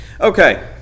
Okay